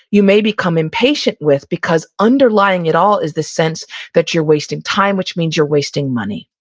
you may become impatient with because underlying it all is the sense that you're wasting time, which means you're wasting money